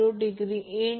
66° दिले आहे